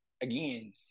again